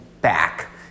back